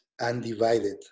undivided